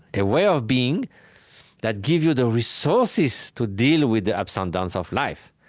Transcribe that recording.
a way of being that gives you the resources to deal with the ups and downs of life,